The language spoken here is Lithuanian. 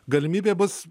galimybė bus